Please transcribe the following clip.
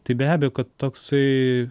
tai be abejo kad toksai